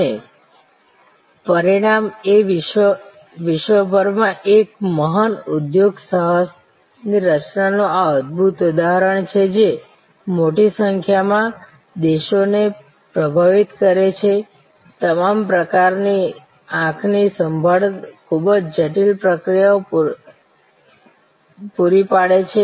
અને પરિણામ એ વિશ્વભરમાં એક મહાન ઉધ્યોગ સાહસ ની રચનાનું આ અદભૂત ઉદાહરણ છે જે મોટી સંખ્યામાં દેશોને પ્રભાવિત કરે છે જે તમામ પ્રકારની આંખની સંભાળ ખૂબ જ જટિલ પ્રક્રિયાઓ પૂરી પાડે છે